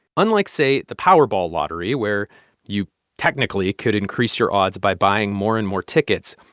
unlike, say, the powerball lottery, where you technically could increase your odds by buying more and more tickets,